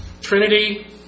Trinity